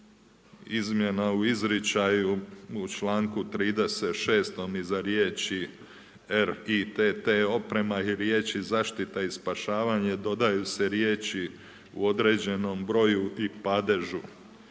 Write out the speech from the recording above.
izmjena u izričaju u članku 36. iza riječi: „RITT oprema“ i riječi: „zaštita i spašavanje“ dodaju se riječi: „u određenom broju i padežu“.